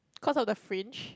cause of the fringe